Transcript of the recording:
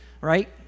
right